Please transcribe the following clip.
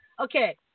Okay